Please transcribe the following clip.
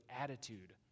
attitude